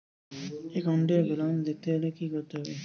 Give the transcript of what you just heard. একাউন্টের ব্যালান্স দেখতে হলে কি করতে হবে?